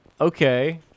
okay